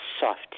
soft